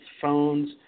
phones